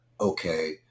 okay